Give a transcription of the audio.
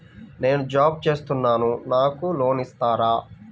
నేను జాబ్ చేస్తున్నాను నాకు లోన్ ఇస్తారా?